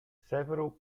several